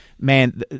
Man